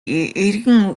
эргэн